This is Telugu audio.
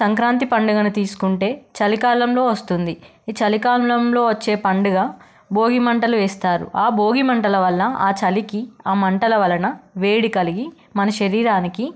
సంక్రాంతి పండుగను తీసుకుంటే చలికాలంలో వస్తుంది ఈ చలికాలంలో వచ్చే పండగ భోగి మంటలు వేస్తారు ఆ భోగి మంటల వల్ల ఆ చలికి ఆ మంటల వలన వేడి కలిగి మన శరీరానికి